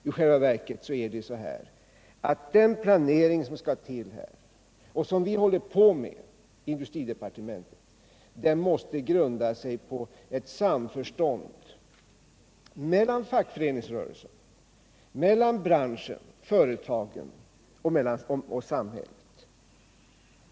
I själva verket måste den planering som skall till och som vi håller på med i industridepartementet grunda sig på ett samförstånd mellan fackföreningsrörelsen, branschföretagen och samhället.